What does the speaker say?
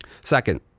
Second